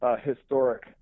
historic